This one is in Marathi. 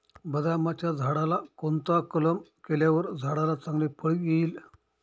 बदामाच्या झाडाला कोणता कलम केल्यावर झाडाला चांगले फळ येईल?